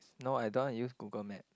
no I don't want to use Google Map